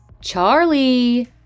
Charlie